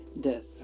death